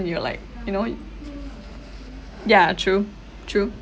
you will like you know ya true true